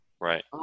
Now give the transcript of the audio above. Right